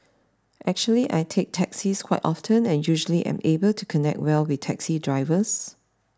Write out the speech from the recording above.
actually I take taxis quite often and usually am able to connect well with taxi drivers